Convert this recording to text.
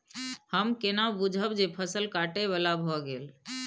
हम केना बुझब जे फसल काटय बला भ गेल?